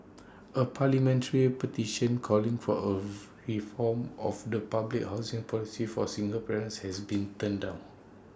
A parliamentary petition calling for of reform of the public housing policy for single parents has been turned down